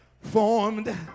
formed